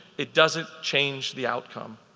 it doesn't change the outcome.